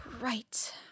Right